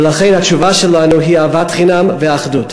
ולכן, התשובה שלנו היא אהבת חינם ואחדות.